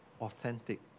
Authentic